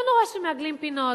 לא נורא שמעגלים פינות.